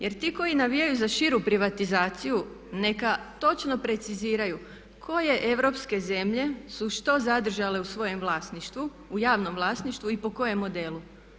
Jer ti koji navijaju za širu privatizaciju neka točno preciziraju koje europske zemlje su što zadržale u svojem vlasništvu, u javnom vlasništvu i po kojem modelu.